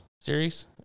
series